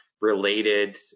related